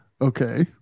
Okay